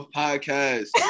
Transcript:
podcast